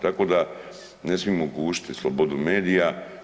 Tako da ne smijemo gušiti slobodu medija.